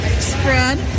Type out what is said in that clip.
spread